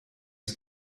his